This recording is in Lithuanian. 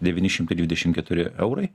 devyni šimtai dvidešim keturi eurai